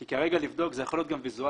כי כרגע "לבדוק" יכול להיות גם ויזואלית.